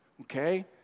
okay